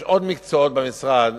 יש עוד מקצועות במשרד